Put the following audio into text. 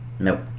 Nope